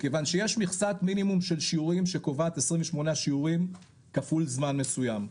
מכיוון שיש מכסת מינימום של שיעורים שקובעת 28 שיעורים כפול זמן מסוים,